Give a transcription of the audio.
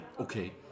Okay